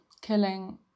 killing